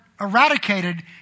eradicated